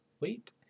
Wait